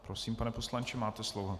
Prosím, pane poslanče, máte slovo.